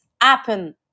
happen